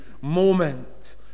moment